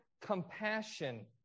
compassion